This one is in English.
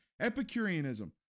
Epicureanism